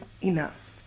enough